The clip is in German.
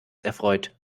erfreut